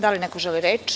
Da li neko želi reč?